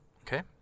Okay